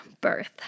birth